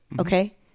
Okay